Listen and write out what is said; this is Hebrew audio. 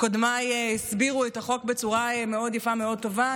קודמיי הסבירו את החוק בצורה מאוד יפה, מאוד טובה.